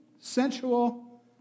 sensual